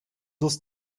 dos